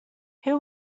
who